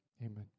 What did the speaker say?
Amen